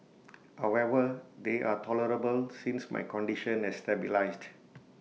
however they are tolerable since my condition has stabilised